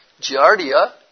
Giardia